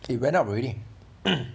it went up already